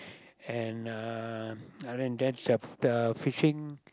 and uh other than that the the fishing